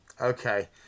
Okay